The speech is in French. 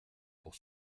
pour